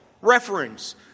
reference